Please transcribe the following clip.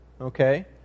okay